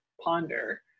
ponder